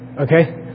okay